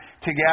together